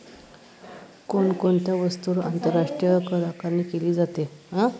कोण कोणत्या वस्तूंवर आंतरराष्ट्रीय करआकारणी केली जाते?